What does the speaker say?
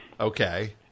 Okay